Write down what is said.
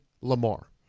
Lamar